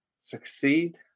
succeed